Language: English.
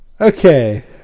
Okay